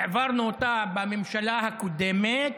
העברנו אותה בממשלה הקודמת